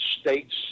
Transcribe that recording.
states